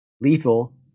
lethal